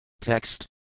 Text